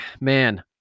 man